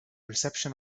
reception